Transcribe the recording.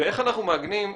ואיך אנחנו מעגנים,